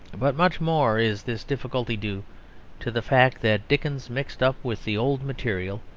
but much more is this difficulty due to the fact that dickens mixed up with the old material,